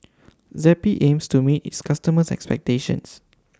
Zappy aims to meet its customers' expectations